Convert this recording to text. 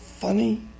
funny